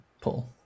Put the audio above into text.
pull